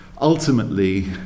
ultimately